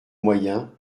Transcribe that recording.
moyens